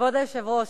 כבוד היושב-ראש,